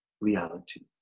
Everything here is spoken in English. reality